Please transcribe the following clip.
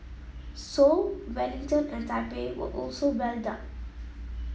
Seoul Wellington and Taipei were also well up